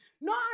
No